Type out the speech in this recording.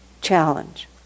challenge